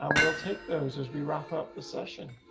um we'll take those as we wrap up the session.